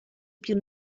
più